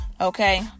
okay